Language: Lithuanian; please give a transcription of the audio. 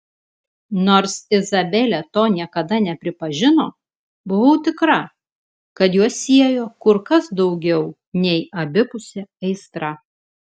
nors izabelė to niekada nepripažino buvau tikra kad juos siejo kur kas daugiau nei abipusė aistra